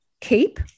keep